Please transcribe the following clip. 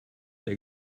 der